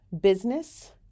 business